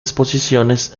exposiciones